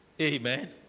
Amen